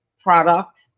product